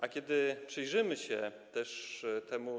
A kiedy przyjrzymy się też temu.